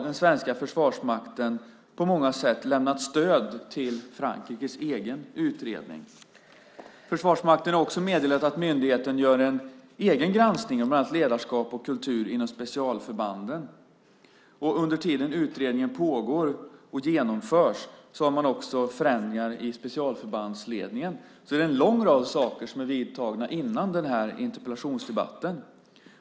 Den svenska Försvarsmakten har på många sätt lämnat stöd till Frankrikes egen utredning. Försvarsmakten har också meddelat att myndigheten gör en egen granskning av bland annat ledarskap och kultur inom specialförbanden. Under tiden utredningen pågår genomförs förändringar i specialförbandsledningen. Det är en lång rad åtgärder som har vidtagits före denna interpellationsdebatt.